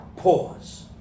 Pause